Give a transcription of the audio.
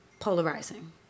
polarizing